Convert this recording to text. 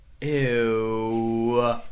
Ew